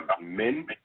Men